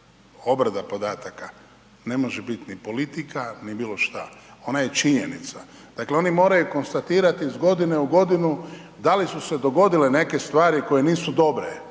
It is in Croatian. obrada podataka ne može biti ni politika, ni bilo šta, ona je činjenica. Dakle, oni moraju konstatirati iz godine u godinu da li su se dogodile neke stvari koje nisu dobre,